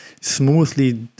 smoothly